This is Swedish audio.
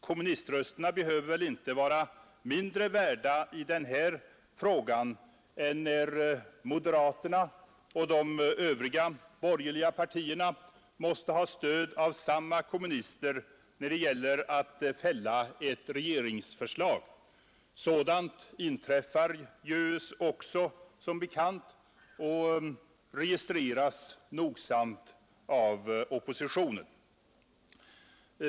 Kommuniströsterna behöver väl inte vara mindre värda i den här frågan än när moderaterna och de övriga borgerliga partierna måste ha stöd av samma kommunister när det gäller att fälla ett regeringsförslag. Sådant inträffar också som bekant och registreras nogsamt av oppositionen.